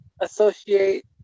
associate